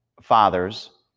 fathers